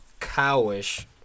Cowish